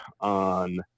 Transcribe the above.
on